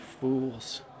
Fools